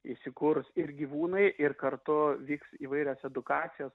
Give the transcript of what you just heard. įsikurs ir gyvūnai ir kartu vyks įvairios edukacijos